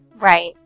Right